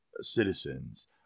citizens